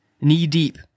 knee-deep